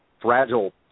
fragile